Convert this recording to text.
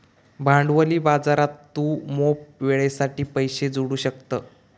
भांडवली बाजारात तू मोप वेळेसाठी पैशे जोडू शकतं